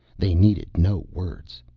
they needed no words.